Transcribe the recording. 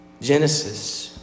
Genesis